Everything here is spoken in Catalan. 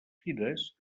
fires